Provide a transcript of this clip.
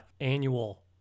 annual